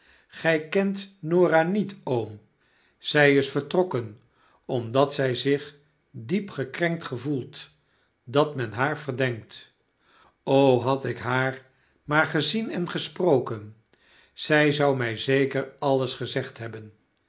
gij kent norah niet oom zij is vertrokken omdat zij zich diep gekrenkt gevoelt dat men haar verdenkt had ik haar maar gezien en gesproken zy zou my zeker alles gezegd hebben